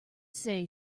say